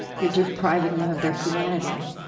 you're depriving them of their humanity.